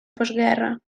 postguerra